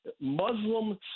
Muslim